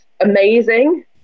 amazing